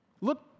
Look